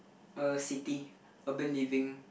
uh city urban living